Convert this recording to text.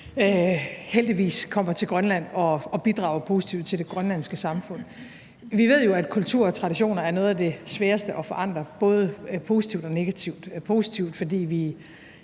heldigvis kommer til Grønland og bidrager positivt til det grønlandske samfund. Vi ved jo, at kultur og traditioner er noget af det sværeste at forandre, både positivt og negativt. Det er positivt, fordi vi